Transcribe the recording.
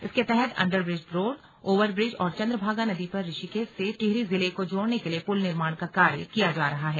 इसके तहत under bridge road over bridge और चंद्रभागा नदी पर ऋषिकेश से टिहरी जिले को जोड़ने के लिए पुल निर्माण का कार्य किया जा रहा है